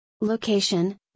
Location